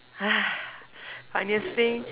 funniest thing